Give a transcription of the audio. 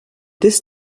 this